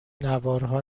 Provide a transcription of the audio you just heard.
نوارها